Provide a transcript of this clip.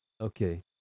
okay